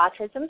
Autism